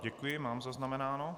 Děkuji, mám zaznamenáno.